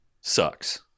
sucks